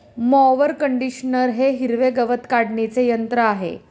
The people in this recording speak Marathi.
मॉवर कंडिशनर हे हिरवे गवत काढणीचे यंत्र आहे